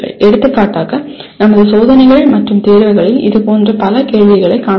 எடுத்துக்காட்டாக நமது சோதனைகள் மற்றும் தேர்வுகளில் இதுபோன்ற பல பல கேள்விகளைக் காணலாம்